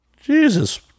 Jesus